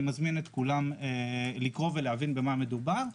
ואני מזמין את כולם לקרוא ולהבין במה מדובר,